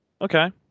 Okay